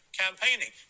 campaigning